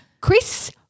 Chris